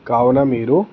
కావున మీరు